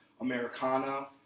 Americana